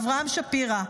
אברהם שפירא.